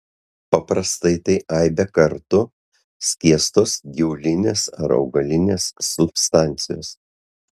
paprastai tai aibę kartų skiestos gyvulinės ar augalinės substancijos